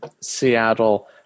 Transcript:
Seattle